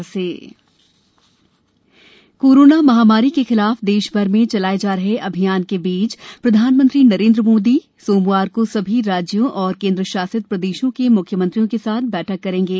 मोदी म्ख्यमंत्री बैठक कोरोना महामारी के खिलाफ देश भर में चलाये जा रहे अभियान के बीच प्रधानमंत्री नरेन्द्र मोदी सोमवार को सभी राज्यों और केन्द्र शासित प्रदेशों के म्ख्यमंत्रियों के साथ बैठक करेंगे